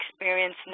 experience